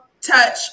touch